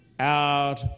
out